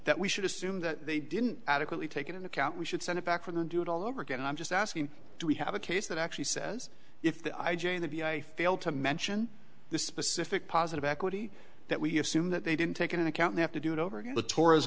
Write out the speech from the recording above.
that we should assume that they didn't adequately take it in account we should send it back for the do it all over again i'm just asking do we have a case that actually says if the i j a that i fail to mention the specific positive equity that we assume that they didn't take into account they have to do it over again the touris